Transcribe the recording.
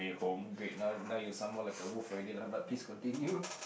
great now now you sound more like a wolf already lah but please continue